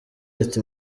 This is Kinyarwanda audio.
ati